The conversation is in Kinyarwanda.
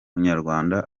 kinyarwanda